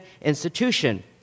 institution